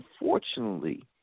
unfortunately